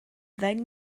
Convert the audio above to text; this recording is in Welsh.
ddeng